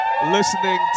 listening